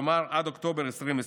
כלומר עד אוקטובר 2020,